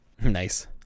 Nice